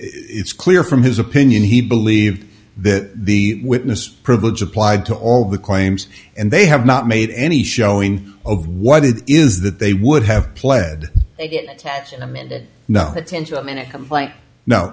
it's clear from his opinion he believed that the witness privilege applied to all the claims and they have not made any showing of what it is that they would have pled to have amended no attention in a complaint no